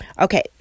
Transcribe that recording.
Okay